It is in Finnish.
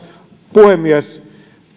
puhemies